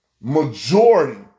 majority